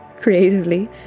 creatively